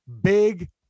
big